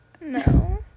No